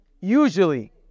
usually